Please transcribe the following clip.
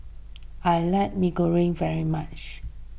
I like Mee Goreng very much